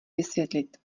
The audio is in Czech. vysvětlit